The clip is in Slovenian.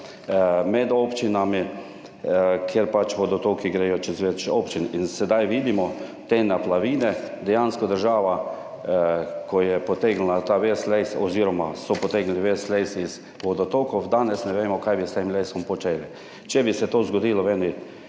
med občinami, kjer pač vodotoki gredo čez več občin. In sedaj vidimo te naplavine, dejansko država, ko je potegnila ta ves les oz. so potegnili ves les iz vodotokov, danes ne vemo, kaj bi s tem lesom počeli. Če bi se to zgodilo v eni